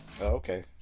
Okay